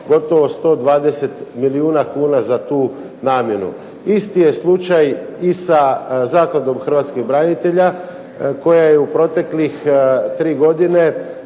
gotovo 120 milijuna kuna za tu namjenu. Isti je slučaj i sa Zakladom Hrvatskih branitelja koja je u proteklih 3 godina